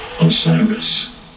Osiris